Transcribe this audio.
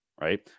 right